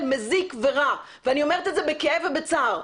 מזיק ורע ואני אומרת את זה בכאב ובצער.